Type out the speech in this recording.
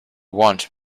want